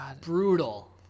brutal